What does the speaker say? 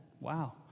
Wow